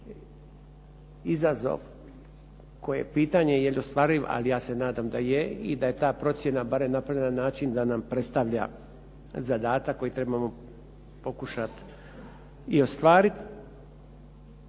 izazov koji je pitanje je li ostvariv, ali ja se nadam da je i da je ta procjena barem napravljena na način da nam predstavlja zadatak koji trebamo pokušat i ostvariti.